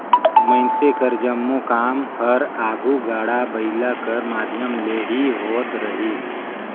मइनसे कर जम्मो काम हर आघु गाड़ा बइला कर माध्यम ले ही होवत रहिस